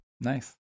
Nice